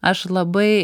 aš labai